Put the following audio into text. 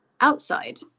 outside